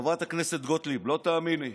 חברת הכנסת גוטליב, לא תאמיני.